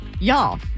Y'all